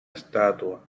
estatua